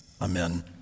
Amen